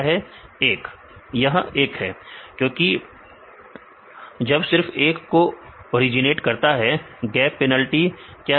विद्यार्थी 1 यह 1 है क्योंकि जब सिर्फ एक को ओरिजिनेट करता है गैप पेनल्टी क्या है